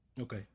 okay